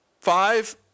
five